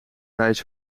reis